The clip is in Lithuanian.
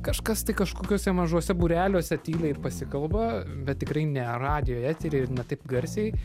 kažkas tai kažkokiuose mažuose būreliuose tyliai ir pasikalba bet tikrai ne radijo eteryje ir ne taip garsiai